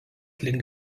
link